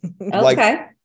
Okay